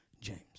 James